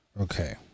okay